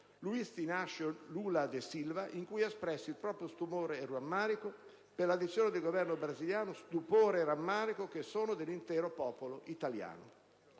Luiz Inácio da Silva in cui ha espresso il proprio stupore e rammarico per la decisione del Governo brasiliano: stupore e rammarico che sono dell'intero popolo italiano.